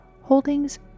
holdings